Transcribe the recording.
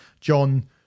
John